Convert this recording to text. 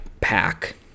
pack